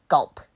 Gulp